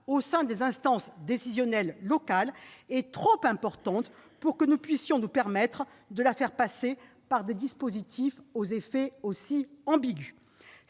au sein des instances décisionnelles locales est trop importante pour que nous puissions nous permettre d'en passer par des dispositifs aux effets aussi ambigus.